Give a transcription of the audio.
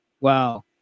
Wow